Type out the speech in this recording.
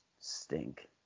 stink